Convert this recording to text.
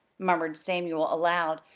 murmured samuel, aloud,